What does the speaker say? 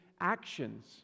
actions